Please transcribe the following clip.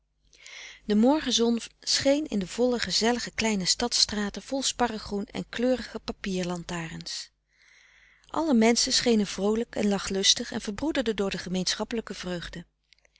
de morgenzon scheen in de volle gezellige kleine stads straten vol sparregroen en kleurige papier lantaarns alle menschen schenen vroolijk en lachlustig en verbroederden door de gemeenschappelijke vreugde